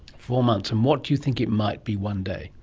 four months. and what do you think it might be one day?